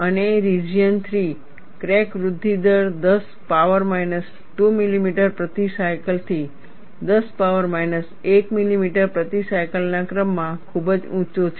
અને region 3 crack વૃદ્ધિ દર 10 પાવર માઈનસ 2 મિલીમીટર પ્રતિ સાયકલથી 10 પાવર માઈનસ 1 મિલીમીટર પ્રતિ સાયકલના ક્રમમાં ખૂબ જ ઊંચો છે